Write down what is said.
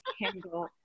handle